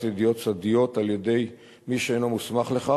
ידיעות סודיות על-ידי מי שאינו מוסמך לכך,